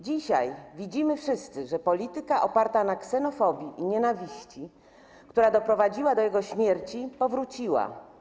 Dzisiaj widzimy wszyscy, że polityka oparta na ksenofobii i nienawiści, która doprowadziła do jego śmierci, powróciła.